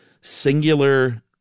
singular